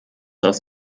aus